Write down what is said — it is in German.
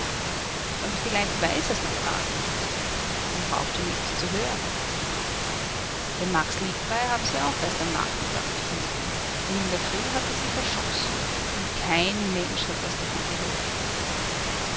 aber vielleicht weiß er's noch gar nicht man braucht ja nichts zu hören den max lippay haben sie auch erst am nachmittag gefunden und in der früh hat er sich erschossen und kein mensch hat was davon gehört